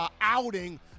outing